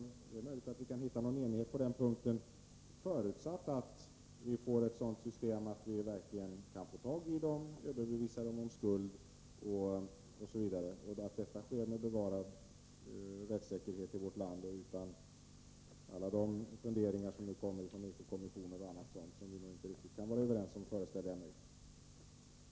Det är möjligt att vi kan nå enighet på den punkten, förutsatt att vi får ett system som innebär att vi verkligen kan få tag i brottslingar och kan bevisa deras skuld och att allt detta sker under bevarad rättssäkerhet i vårt land och utan alla sådana funderingar som nu kommit från bl.a. Eko-kommissionen och som vi inte kan vara överens om.